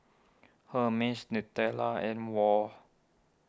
Hermes Nutella and Wall